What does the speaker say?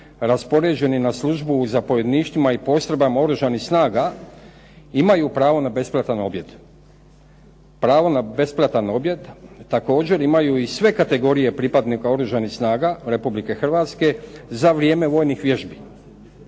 raspoređeni na službu u zapovjedništvima i postrojbama Oružanih snaga imaju pravo na besplatan objed. Pravo na besplatan objed također imaju i sve kategorije pripadnika Oružanih snaga Republike Hrvatske za vrijeme vojnih vježbi.